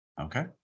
Okay